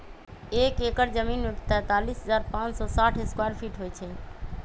एक एकड़ जमीन में तैंतालीस हजार पांच सौ साठ स्क्वायर फीट होई छई